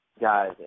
guys